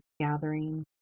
gathering